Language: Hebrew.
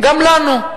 גם לנו.